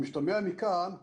המשתמע מכאן הוא